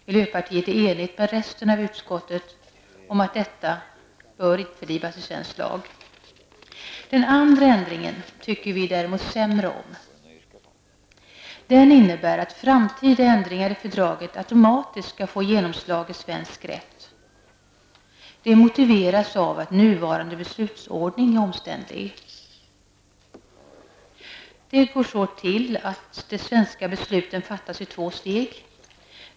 Miljöpartiet är enigt med resten av utskottet om att detta bör införlivas i svensk lag. Den andra ändringen tycker vi däremot sämre om. Den innebär att framtida ändringar i fördraget automatiskt skall få genomslag i svensk rätt. Det motiveras av att nuvarande beslutsordning är omständlig. Det går så till, att de svenska besluten fattas i två steg.